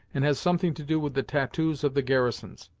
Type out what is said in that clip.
and has something to do with the tattoos of the garrisons.